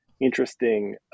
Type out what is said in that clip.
interesting